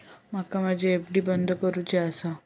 माका माझी एफ.डी बंद करुची आसा